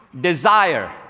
desire